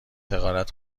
حقارت